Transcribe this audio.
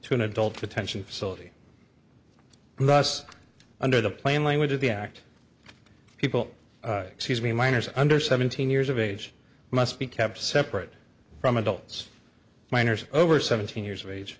to an adult detention facility in the us under the plain language of the act people excuse me minors under seventeen years of age must be kept separate from adults minors over seventeen years of age